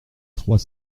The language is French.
trois